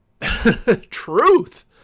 truth